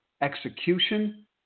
execution